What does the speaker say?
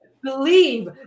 believe